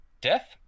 Death